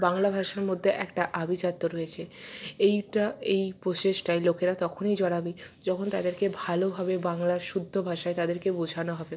বাংলা ভাষার মধ্যে একটা আভিজাত্য রয়েছে এইটা এই প্রসেসটায় লোকেরা তখনই জড়াবে যখন তাদেরকে ভালোভাবে বাংলা শুদ্ধ ভাষায় তাদেরকে বোঝানো হবে